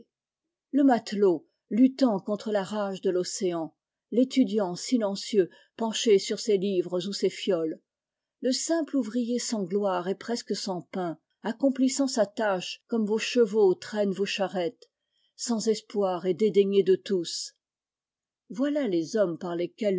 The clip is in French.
le matelot luttant contre la rage de l'océan l'étudiant silencieux penché sur ses livres ou ses fioles le simple ouvrier sans gloire et presque sans pain accomplissant sa tâche comme vos chevaux traînent vos charrettes sans espoir et dédaigné de tous voilà les hommes par lesquels